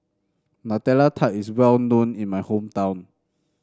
Nutella Tart is well known in my hometown